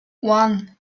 one